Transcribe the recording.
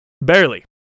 Barely